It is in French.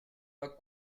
pas